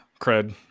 cred